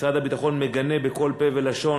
משרד הביטחון מגנה בכל פה ולשון